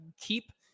keep